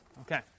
Okay